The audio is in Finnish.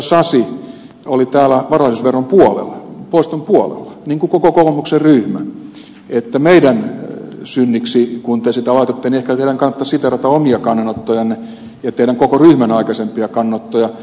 sasi oli täällä varallisuusveron poiston puolella niin kuin koko kokoomuksen ryhmä niin että kun te meidän synniksi sitä laitatte niin ehkä teidän kannattaisi siteerata omia kannanottojanne ja koko teidän ryhmänne aikaisempia kannanottoja